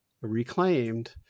reclaimed